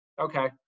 okay